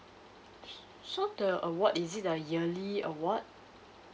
so so the award is it a yearly award